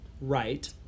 right